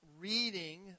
reading